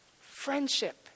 friendship